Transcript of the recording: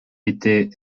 était